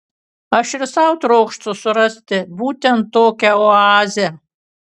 aš ir sau trokštu surasti būtent tokią oazę